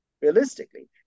realistically